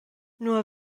nua